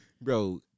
Bro